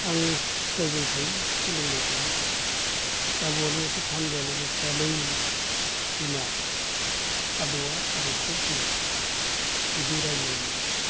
आं सिखायबाय थायो सोलोंबाय थायो आबौआलाय माथो धान्दायानो गैथ्रालै बिमा आबौआ आबैखौ होनोमोन बिदि रायज्लायोमोन बिसोरो